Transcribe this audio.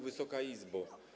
Wysoka Izbo!